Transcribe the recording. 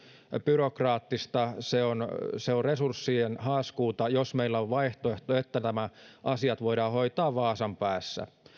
byrokraattista se on se on resurssien haaskuuta jos meillä on se vaihtoehto että nämä asiat voidaan hoitaa vaasan päässä